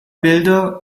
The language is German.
bilder